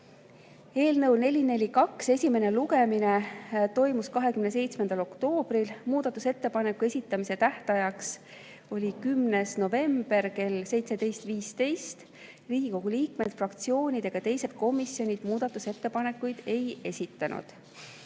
Eelnõu 442 esimene lugemine toimus 27. oktoobril, muudatusettepanekute esitamise tähtaeg oli 10. november kell 17.15. Riigikogu liikmed, fraktsioonid ega teised komisjonid muudatusettepanekuid ei esitanud.